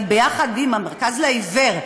ואני ביחד עם המרכז לעיוור,